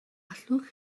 allwch